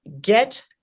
get